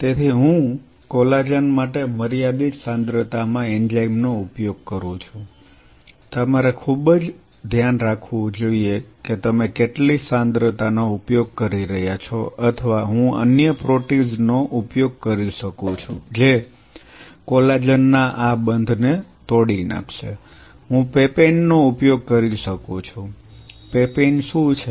તેથી હું કોલાજન માટે મર્યાદિત સાંદ્રતામાં એન્ઝાઇમ નો ઉપયોગ કરું છું તમારે ખૂબ ધ્યાન રાખવું જોઈએ કે તમે કેટલી સાંદ્રતા નો ઉપયોગ કરી રહ્યા છો અથવા હું અન્ય પ્રોટીઝ નો ઉપયોગ કરી શકું છું જે કોલાજન ના આ બંધ ને તોડી નાખશે હું પેપેન નો ઉપયોગ કરી શકું છું પેપેન શું છે